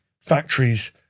Factories